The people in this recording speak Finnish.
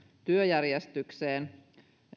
työjärjestykseen